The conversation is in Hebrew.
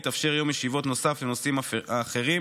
יתאפשר יום ישיבות נוסף לנושאים אחרים,